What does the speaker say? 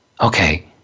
okay